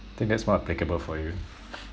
think that's more applicable for you